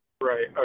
Right